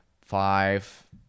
five